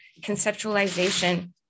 conceptualization